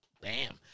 Bam